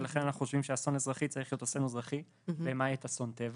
ולכן אנחנו חושבים שאסון אזרחי צריך להיות "אסון אזרחי למעט אסון טבע".